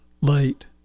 late